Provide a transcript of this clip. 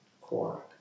core